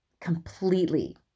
completely